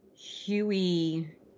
Huey